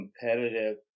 competitive